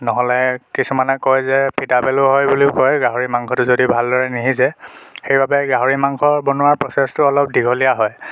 নহ'লে কিছুমানে কয় যে ফিটা পেলু হয় বুলিও কয় গাহৰি মাংসটো যদি ভালদৰে নিসিজে সেইবাবে গাহৰি মাংসৰ বনোৱাৰ প্ৰচেছটো অলপ দীঘলীয়া হয়